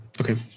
Okay